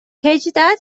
هجده